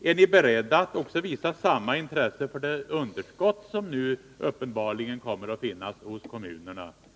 Är ni beredda att visa samma intresse för det underskott som nu uppenbarligen kommer att finnas hos kommuner och landsting?